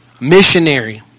Missionary